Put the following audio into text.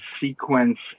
sequence